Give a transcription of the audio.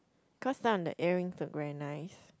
cause some of the earings are very nice